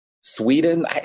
Sweden